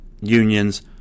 unions